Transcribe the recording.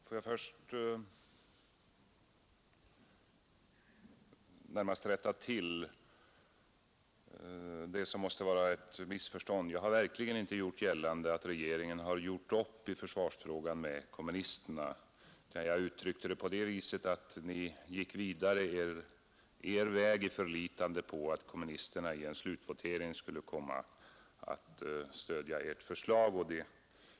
Fru talman! Låt mig först rätta till vad som måste vara ett missförstånd. Jag har verkligen inte gjort gällande att regeringen har gjort upp i försvarsfrågan med kommunisterna. Jag uttryckte mig på det sättet att ni gick vidare er väg i förlitande på att kommunisterna i en slutvotering skulle komma att stödja ert förslag.